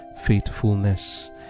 faithfulness